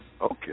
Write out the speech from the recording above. Okay